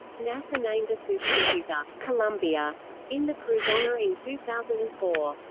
nasa named a supercomputer columbia in the crew's honor in two thousand and four.